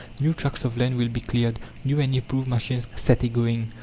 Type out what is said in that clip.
new tracts of land will be cleared, new and improved machines set a-going.